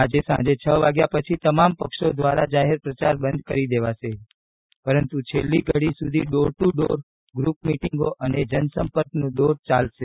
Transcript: આજે સાંજે છ વાગ્યા પછી તમામ પક્ષો દ્વારા જાહેર પ્રચાર બંધ કરી દેવાશે પરંતુ છેલ્લી ઘડી સુધી કોટ ટુ ડોર ગ્રુપ મિટીંગો અને જનસંપર્કનો દોર ચાલશે